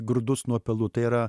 grūdus nuo pelų tai yra